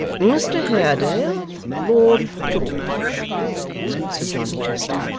mr haredale, lord george said sir john chester,